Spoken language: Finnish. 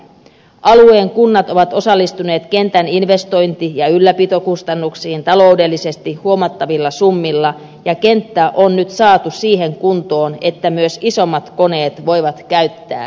alueen kunnat ovat osallistuneet kentän investointi ja ylläpitokustannuksiin taloudellisesti huomattavilla summilla ja kenttä on nyt saatu siihen kuntoon että myös isommat koneet voivat käyttää kenttää